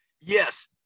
Yes